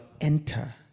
enter